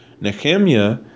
Nehemiah